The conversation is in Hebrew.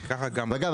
וכך גם --- אגב,